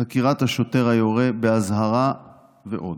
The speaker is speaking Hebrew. חקירת השוטר היורה באזהרה ועוד.